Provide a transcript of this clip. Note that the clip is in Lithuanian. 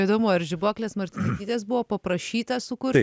įdomu ar žibuoklės martinaitytės buvo paprašyta sukurti